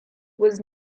was